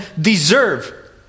deserve